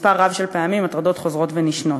מספר רב של פעמים, הטרדות חוזרות ונשנות.